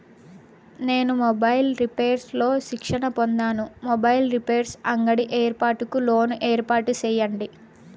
నేను mobiles repairs లో శిక్షణ పొందాను, మొబైల్ రిపైర్స్ అంగడి ఏర్పాటుకు లోను ఏర్పాటు సేయండి?